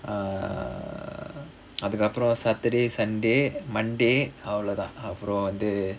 err அதுக்கு அப்புறம்:athukku appuram saturday sunday monday அவ்ளோதா அப்புறம் வந்து:avlothaa appuram vanthu